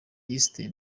lisiti